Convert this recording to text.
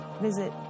visit